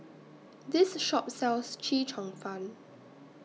This Shop sells Chee Cheong Fun